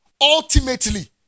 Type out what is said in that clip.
ultimately